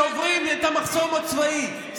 שוברים את המחסום הצבאי,